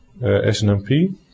SNMP